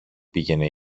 πήγαινε